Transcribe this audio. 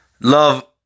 Love